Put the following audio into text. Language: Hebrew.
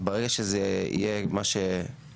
ברגע שזה יהיה מה שאמר